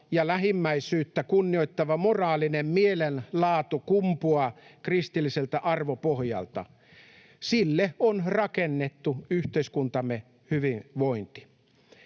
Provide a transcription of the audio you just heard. ja lähimmäisyyttä kunnioittava moraalinen mielenlaatu kumpuaa kristilliseltä arvopohjalta. Sille on rakennettu yhteiskuntamme hyvinvointi.